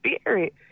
spirit